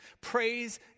Praise